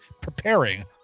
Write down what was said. preparing